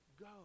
go